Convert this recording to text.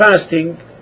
fasting